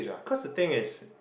cause the thing is